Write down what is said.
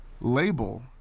label